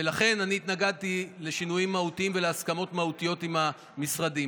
ולכן אני התנגדתי לשינויים מהותיים ולהסכמות מהותיות עם המשרדים.